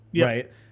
right